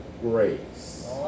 grace